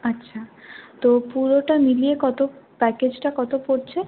আচ্ছা তো পুরোটা মিলিয়ে কত প্যাকেজটা কত পড়ছে